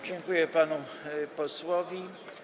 Dziękuję panu posłowi.